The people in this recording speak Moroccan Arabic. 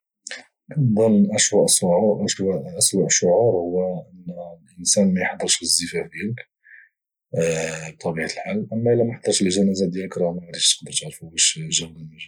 كنظن ان اسوء شعور هو الانسان ما يحضرش للزفاف ديالك بطبيعه الحال اما الى ما حضرش الجنازه ديالك راه ما غاديش تقدر تعرفو واش جا ولا ما جاش